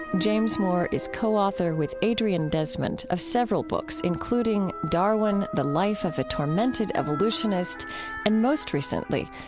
james moore is co-author with adrian desmond of several books including darwin the life of a tormented evolutionist and most recently,